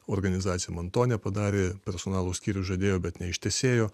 organizacija man to nepadarė personalo skyrius žadėjo bet neištesėjo